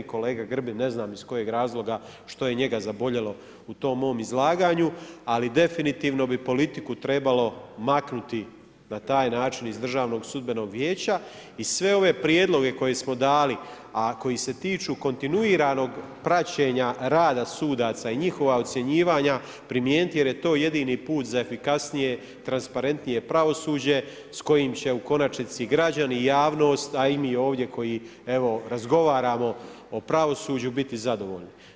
Kolega Grbin, ne znam iz kojeg razloga, što je njega zaboljelo u tom mom izlaganju, ali definitivno bi politiku trebalo maknuti, na taj način iz Državnog sudbenog vijeća i sve ova prijedloge koje smo dali, a koji se tiču kontinuiranog praćenja rada sudaca i njihova ocjenjivanja, primijeniti jer je to jedini put za efikasnije, transparentnije pravosuđe s kojim će u konačnici, građani, javnost, a i mi ovdje, koji evo, razgovaramo o pravosuđu biti zadovoljni.